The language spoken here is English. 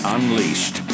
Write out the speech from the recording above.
Unleashed